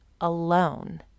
Alone